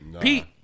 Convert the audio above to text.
Pete